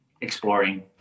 exploring